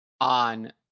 on